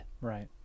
Right